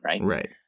right